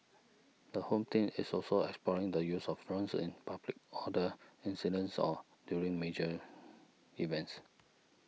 the Home Team is also exploring the use of drones in public order incidents or during major events